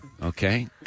Okay